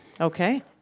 Okay